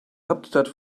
hauptstadt